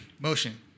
Motion